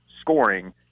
scoring